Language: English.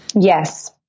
Yes